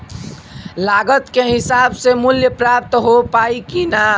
लागत के हिसाब से मूल्य प्राप्त हो पायी की ना?